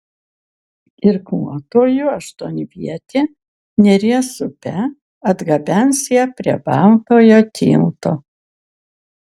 irkluotojų aštuonvietė neries upe atgabens ją prie baltojo tilto